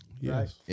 Yes